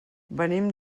venim